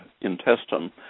intestine